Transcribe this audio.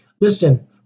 Listen